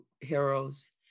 heroes